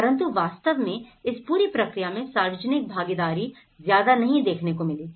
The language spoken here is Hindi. परंतु वास्तव में इस पूरी प्रक्रिया मैं सार्वजनिक भागीदारी ज्यादा नहीं देखने को मिली